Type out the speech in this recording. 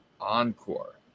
encore